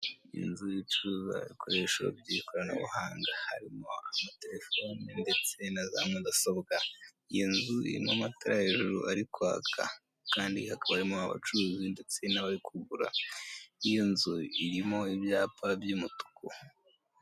Inzu icuruza ibikoresho by'ikoranabuhanga harimo amaterefoni ndetse na za mudasobwa, iyi nzu irimo amatara hejuru ari kwaka, kandi hakaba harimo abacuruzi ndetse n'abari kugura, iyo nzu irimo ibyapa by'umutuku.